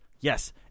yes